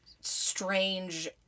strange